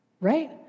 Right